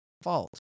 fault